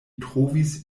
trovis